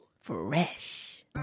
fresh